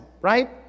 right